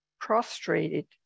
Prostrated